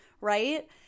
right